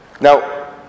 Now